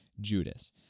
Judas